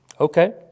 Okay